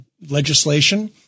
legislation